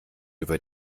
über